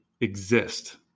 exist